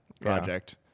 Project